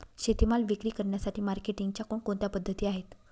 शेतीमाल विक्री करण्यासाठी मार्केटिंगच्या कोणकोणत्या पद्धती आहेत?